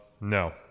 no